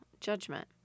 judgment